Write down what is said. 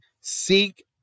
seek